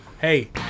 hey